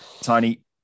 Tony